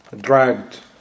dragged